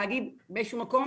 להגיד שבאיזשהו מקום